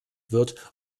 wird